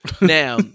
Now